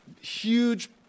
huge